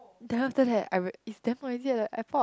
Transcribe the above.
then after that I real~ it's damn noisy at the airport